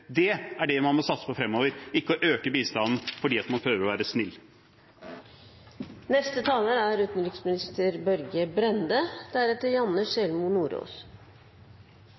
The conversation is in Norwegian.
Det er det man må satse på fremover – ikke å øke bistanden fordi man prøver å være snill.